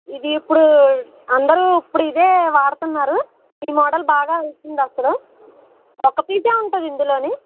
ఇది ఇప్పుడు అందరూ ఇప్పుడు ఇదే వాడుతున్నారు ఈ మోడల్ బాగా ఉంటుంది అసలు ఒక్క పీస్ ఏ ఉంటుంది ఇందులో